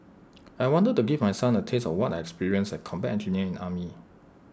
I wanted to give my son A taste of what I experienced as A combat engineer in the army